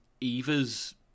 eva's